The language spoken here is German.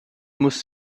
muss